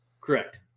Correct